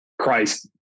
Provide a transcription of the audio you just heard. Christ